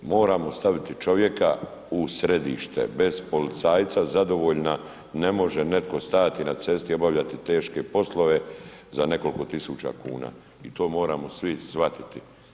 Moramo staviti čovjeka u središte, bez policajca zadovoljna ne može netko stajati na cesti i obavljati teške poslove za nekoliko tisuća kuna i to moramo svi shvatiti.